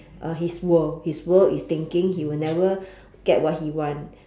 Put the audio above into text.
uh his world his world is thinking he will never get what he want